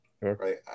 right